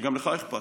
שגם לך אכפת,